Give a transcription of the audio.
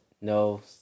No